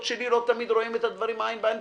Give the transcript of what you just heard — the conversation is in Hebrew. שלי לא תמיד רואים את הדברים עין בעין,